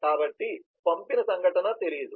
కాబట్టి పంపిన సంఘటన తెలియదు